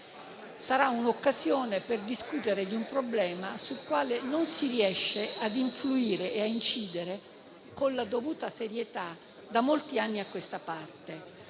Sarà un'occasione per discutere di un problema sul quale non si riesce a influire e a incidere con la dovuta serietà da molti anni a questa parte.